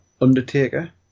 Undertaker